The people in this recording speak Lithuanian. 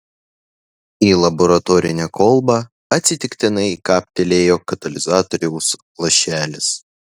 į laboratorinę kolbą atsitiktinai kaptelėjo katalizatoriaus lašelis